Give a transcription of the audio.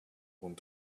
want